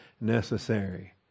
necessary